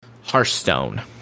Hearthstone